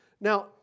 Now